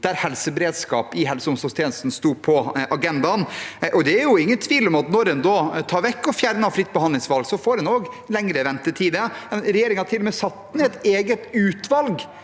der helseberedskap i helse- og omsorgstjenesten sto på agendaen. Det er ingen tvil om at når en tar vekk og fjerner fritt behandlingsvalg, får en også lengre ventetider. Regjeringen har til og med satt ned et eget utvalg,